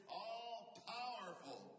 all-powerful